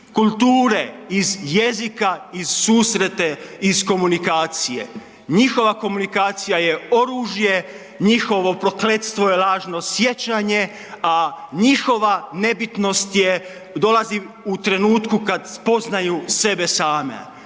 kulture, iz jezika i susrete, iz komunikacije. Njihova komunikacija je oružje, njihovo prokletstvo je lažno sjećanje a njihova nebitnost, dolazi u trenutku kad spoznaju sebe same.